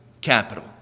capital